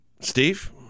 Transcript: steve